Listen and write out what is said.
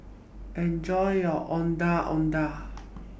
Enjoy your Ondeh Ondeh